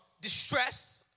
distress